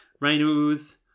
Rhinos